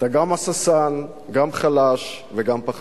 אתה גם הססן, גם חלש וגם פחדן.